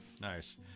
Nice